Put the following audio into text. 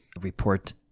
report